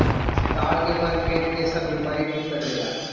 ताड़ के फल पेट के सब बेमारी ठीक कर देला